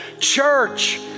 Church